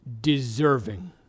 deserving